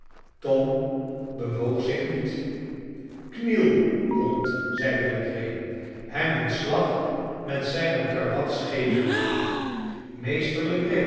tom bewoog zich niet kniel hond zeide legree hem een slag met zijne karwats gevende meester